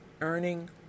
earning